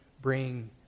Bring